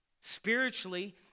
Spiritually